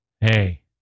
hey